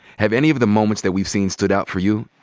have any of the moments that we've seen stood out for you?